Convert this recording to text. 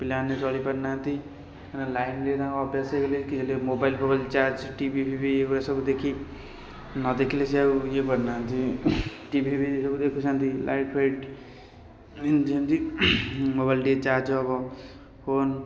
ପିଲାମାନେ ଚଳିପାରୁନାହାନ୍ତି କାରଣ ଲାଇନ୍ ବି ତାଙ୍କ ଅଭ୍ୟାସ ହେଇଗଲେ କି ହେଲେ ମୋବାଇଲ୍ଫୋବାଇଲ୍ ଚାର୍ଜ ଟିଭିଫିଭି ଏଇଗୁରା ସବୁ ଦେଖି ନ ଦେଖିଲେ ସିଏ ଆଉ ଇଏ ପାରୁନାହାନ୍ତି ଟିଭିଫିଭି ସବୁ ଦେଖୁଛନ୍ତି ଲାଇଟ୍ଫାଇଟ୍ ଏମତି ଏମତି ମୋବାଇଲ୍ ଟିକିଏ ଚାର୍ଜ ହେବ ଫୋନ୍